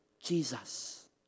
Jesus